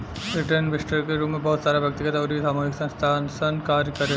retail investor के रूप में बहुत सारा व्यक्तिगत अउरी सामूहिक संस्थासन कार्य करेले